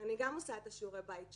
אני גם עושה את שיעורי הבית שלי,